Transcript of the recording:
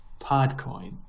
PodCoin